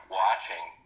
watching